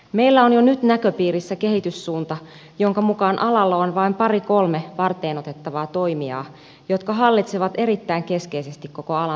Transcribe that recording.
meillä on jo nyt näköpiirissä kehityssuunta jonka mukaan alalla on vain pari kolme varteenotettavaa toimijaa jotka hallitsevat erittäin keskeisesti koko alan tarjontaa